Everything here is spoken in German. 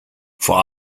vor